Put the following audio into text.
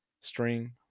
string